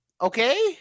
Okay